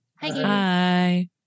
Hi